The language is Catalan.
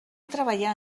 treballar